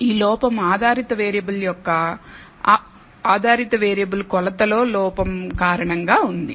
ఈ లోపం ఆధారిత వేరియబుల్ యొక్క ఆధారిత వేరియబుల్ కొలత లో లోపం కారణంగా ఉంది